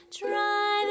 try